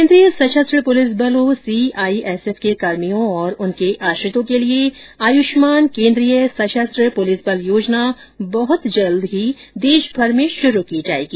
केन्द्रीय सशस्त्र पुलिस बलों सीआईएसएफ के कर्मियों और उनके आश्रितों के लिए आयुष्मान केन्द्रीय सशस्त्र पुलिस बल योजना बहत जल्द देश भर में शुरू की जाएगी